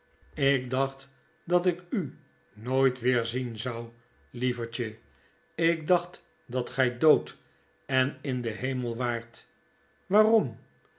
lk dacht dat ik u nooit weer zien zou lievertje ik dacht dat gjj dood en in den hemel waart waarom